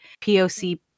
POC